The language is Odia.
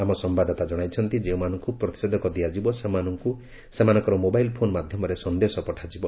ଆମ ସମ୍ଭାଦଦାତା କଣାଇଛନ୍ତି ଯେଉଁମାନଙ୍କୁ ପ୍ରତିଷେଧକ ଦିଆଯିବ ସେମାନଙ୍କୁ ସେମାନଙ୍କର ମୋବାଇଲ୍ ଫୋନ୍ ମାଧ୍ୟମରେ ସନ୍ଦେଶ ପଠାଯିବ